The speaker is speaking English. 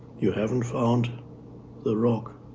you haven't found the rock.